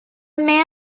mare